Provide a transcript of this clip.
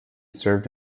served